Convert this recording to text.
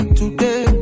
today